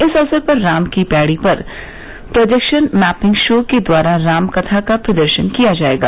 इस अवसर पर राम की पैड़ी पर प्रोजेक्शन मैपिंग शो के द्वारा रामकथा का प्रदर्शन किया जायेगा